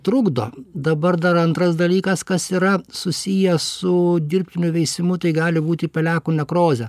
trukdo dabar dar antras dalykas kas yra susijęs su dirbtiniu veisimu tai gali būti pelekų nekrozė